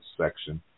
Section